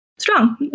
Strong